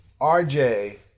RJ